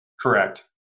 Correct